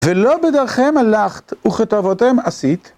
וְלֹא בְדַרְכֵיהֶן הָלַכְתְּ וּבְתוֹעֲבוֹתֵיהֶן עשיתי